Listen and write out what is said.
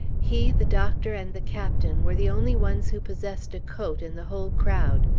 he, the doctor, and the captain, were the only ones who possessed a coat in the whole crowd,